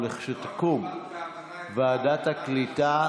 ולכשתקום ועדת הקליטה,